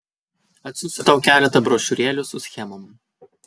atsiųsiu tau keletą brošiūrėlių su schemom